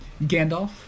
Gandalf